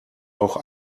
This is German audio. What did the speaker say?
auch